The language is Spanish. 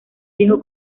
viejo